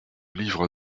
livre